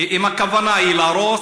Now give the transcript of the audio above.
אם הכוונה היא להרוס,